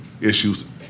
issues